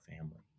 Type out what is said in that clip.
family